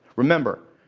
remember,